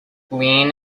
lean